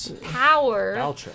Power